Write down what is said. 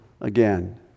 again